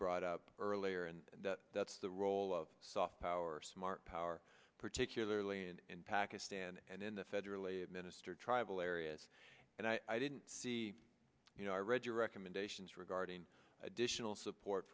brought up earlier and that's the role of soft power smart power particularly in in pakistan and in the federally administered tribal areas and i didn't see you know i read your recommendations regarding additional support